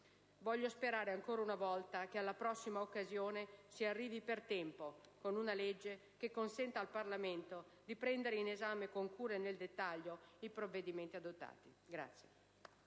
Voglio sperare ancora una volta che alla prossima occasione si arrivi per tempo con una legge che consenta al Parlamento di prendere in esame con cura e nel dettaglio i provvedimenti adottati.